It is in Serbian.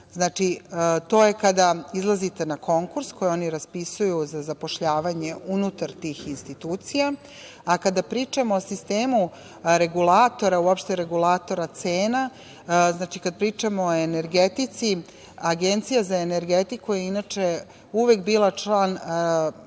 Znači, to je kada izlazite na konkurs koji oni raspisuju za zapošljavanje unutar tih institucija. Kada pričamo o sistemu regulatora, uopšte regulatora cena, kad pričamo o energetici, Agencija za energetiku je inače uvek bila član